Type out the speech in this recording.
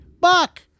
Buck